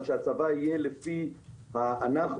אבל שהצבא יהיה לפי אנחנו,